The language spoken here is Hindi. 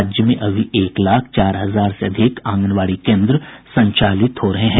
राज्य में अभी एक लाख चार हजार से अधिक आंगनबाड़ी केन्द्र संचालित हो रहे हैं